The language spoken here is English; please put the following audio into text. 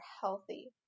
healthy